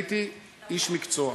הייתי איש מקצוע.